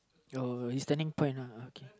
you're his turning point uh okay